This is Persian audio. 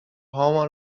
هامان